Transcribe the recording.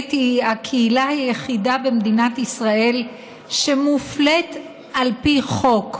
שבאמת היא הקהילה היחידה במדינת ישראל שמופלית על פי חוק.